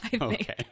okay